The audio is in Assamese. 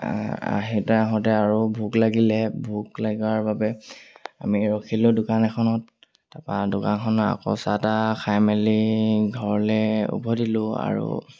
আহিতে আহোঁতে আৰু ভোক লাগিলে ভোক লাগাৰ বাবে আমি ৰখিলোঁ দোকান এখনত তাৰপৰা দোকানখন আকৌ চাহ তাহ খাই মেলি ঘৰলৈ উভতিলোঁ আৰু